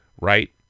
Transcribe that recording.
right